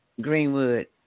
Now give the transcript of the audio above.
Greenwood